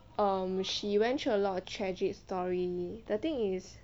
um she went through a lot of tragic story the thing is she from the 那个 stand 脚